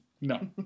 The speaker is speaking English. No